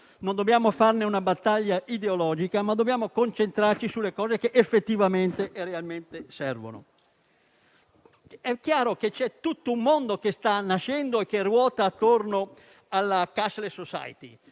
Non dobbiamo farne una battaglia ideologica, ma dobbiamo concentrarci sulle cose che effettivamente e realmente servono. È chiaro che c'è tutto un mondo che sta nascendo e che ruota attorno alla *cashless society*,